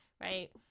right